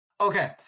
okay